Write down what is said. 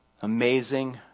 amazing